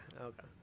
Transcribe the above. okay